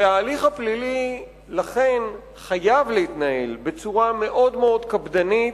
ולכן ההליך הפלילי חייב להתנהל בצורה מאוד מאוד קפדנית,